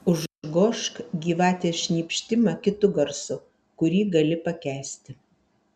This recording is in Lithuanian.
užgožk gyvatės šnypštimą kitu garsu kurį gali pakęsti